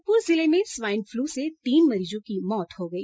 जोधपुर जिले में swine flu से तीन मरीजों की मौत हो गई